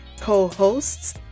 co-hosts